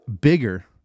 bigger